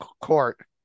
court